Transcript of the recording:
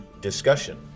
discussion